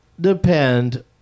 depend